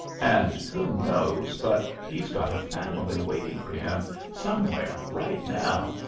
and who knows but he's got a family waiting for him somewhere right now,